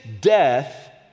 death